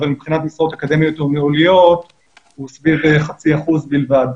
אבל מבחינת משרות אקדמיות או ניהוליות הוא סביב חצי אחוז בלבד,